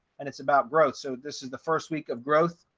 and it's about growth. so this is the first week of growth,